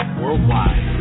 worldwide